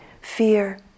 fear